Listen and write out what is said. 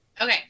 Okay